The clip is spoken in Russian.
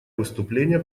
выступления